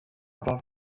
aber